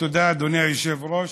תודה, אדוני היושב-ראש.